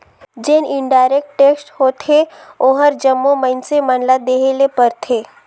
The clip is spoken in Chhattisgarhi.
जेन इनडायरेक्ट टेक्स होथे ओहर जम्मो मइनसे मन ल देहे ले परथे